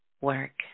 work